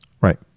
Right